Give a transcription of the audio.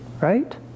Right